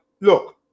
look